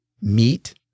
meat